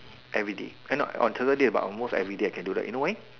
everyday uh not on Saturday but almost everyday I can do that you know why